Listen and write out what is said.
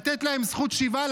לתת להם זכות שיבה,